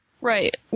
Right